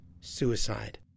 suicide